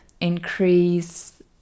increase